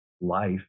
life